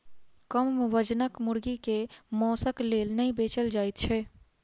कम वजनक मुर्गी के मौंसक लेल नै बेचल जाइत छै